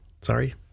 sorry